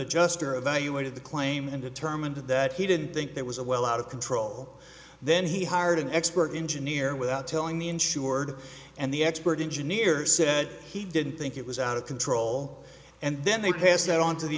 adjuster evaluated the claim and determined that he didn't think there was a well out of control then he hired an expert engineer without telling the insured and the expert engineer said he didn't think it was out of control and then they passed on to the